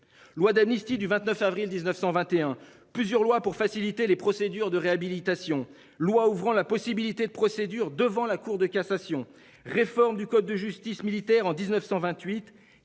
lois d'amnistie du 29 avril 1921, plusieurs lois pour faciliter les procédures de réhabilitation loi ouvrant la possibilité de procédure devant la Cour de cassation. Réforme du code de justice militaire en 1928.